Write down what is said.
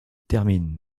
termine